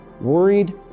worried